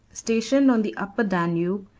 stationed on the upper danube,